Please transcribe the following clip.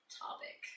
topic